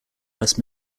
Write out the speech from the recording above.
west